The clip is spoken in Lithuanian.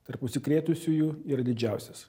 tarp užsikrėtusiųjų yra didžiausias